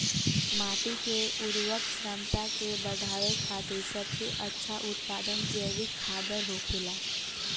माटी के उर्वरक क्षमता के बड़ावे खातिर सबसे अच्छा उत्पाद जैविक खादर होखेला